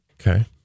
Okay